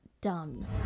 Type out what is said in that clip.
done